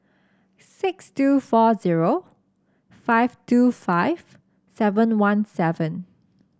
six two four zero five two five seven one seven